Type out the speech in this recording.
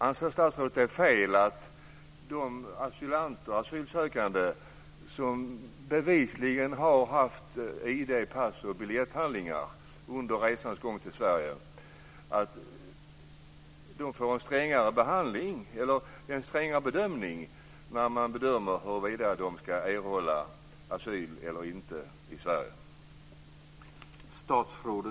Anser statsrådet att det är fel att de asylsökande som bevisligen har haft ID-handlingar, pass och biljetter under resans gång får en strängare bedömning vad gäller huruvida de ska erhålla asyl eller inte i Sverige?